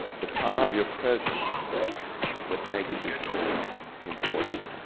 the power of your presence is what makes this forum important.